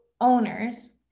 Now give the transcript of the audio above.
owners